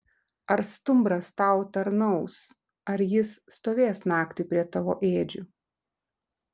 ar stumbras tau tarnaus ar jis stovės naktį prie tavo ėdžių